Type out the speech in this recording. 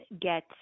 get